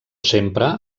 sempre